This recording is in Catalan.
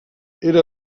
era